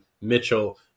Mitchell